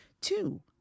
two